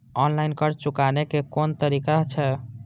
Online कर्ज चुकाने के कोन तरीका छै?